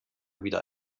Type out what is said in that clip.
wieder